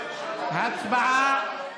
הצבעה.